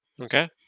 Okay